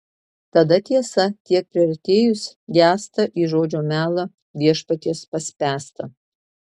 tada tiesa tiek priartėjus gęsta į žodžio melą viešpaties paspęstą